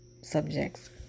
subjects